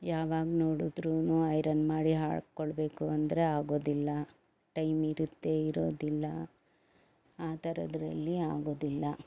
ಯಾವಾಗ ನೋಡುದ್ರೂ ಐರನ್ ಮಾಡಿ ಹಾಕ್ಕೊಳ್ಳಬೇಕು ಅಂದರೆ ಆಗೋದಿಲ್ಲ ಟೈಮ್ ಇರುತ್ತೆ ಇರೋದಿಲ್ಲ ಆ ಥರದ್ದರಲ್ಲಿ ಆಗೋದಿಲ್ಲ